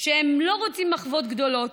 הם לא רוצים מחוות גדולות,